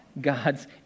God's